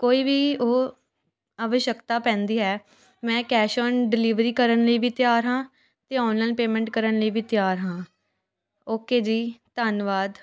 ਕੋਈ ਵੀ ਉਹ ਆਵਸ਼ਕਤਾ ਪੈਂਦੀ ਹੈ ਮੈਂ ਕੈਸ਼ ਆਨ ਡਿਲੀਵਰੀ ਕਰਨ ਲਈ ਵੀ ਤਿਆਰ ਹਾਂ ਅਤੇ ਔਨਲਾਈਨ ਪੇਮੈਂਟ ਕਰਨ ਲਈ ਵੀ ਤਿਆਰ ਹਾਂ ਓਕੇ ਜੀ ਧੰਨਵਾਦ